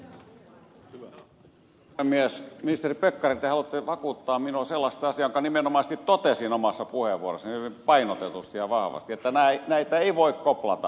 ministeri pekkarinen te haluatte vakuuttaa minulle sellaista asiaa jonka nimenomaisesti totesin omassa puheenvuorossani hyvin painotetusti ja vahvasti että näitä ei voi koplata